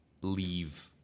leave